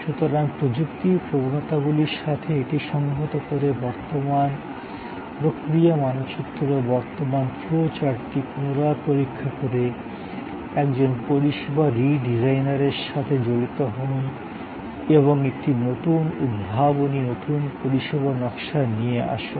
সুতরাং প্রযুক্তির প্রবণতাগুলির সাথে এটি সংহত করে বর্তমান প্রক্রিয়া মানচিত্র বর্তমান ফ্লো চার্টটি পুনরায় পরীক্ষা করে একজন পরিষেবা রিডিজাইনারের সাথে জড়িত হন এবং একটি নতুন উদ্ভাবনী নতুন পরিষেবা নকশা নিয়ে আসুন